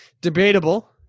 Debatable